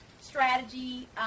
strategy